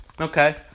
Okay